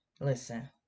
Listen